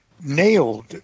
nailed